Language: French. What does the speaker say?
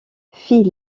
fit